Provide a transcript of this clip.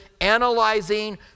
Analyzing